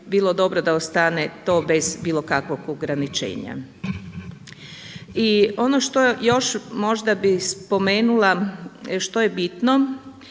da bi bilo dobro da ostane to bez bilo kakvog ograničenja. I ono što možda još bih spomenula što je bitno,